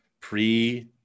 pre